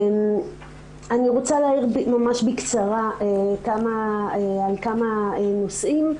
אני רוצה להעיר ממש בקצרה על כמה נושאים,